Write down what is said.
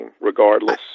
regardless